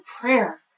prayer